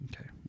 Okay